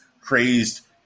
crazed